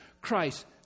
Christ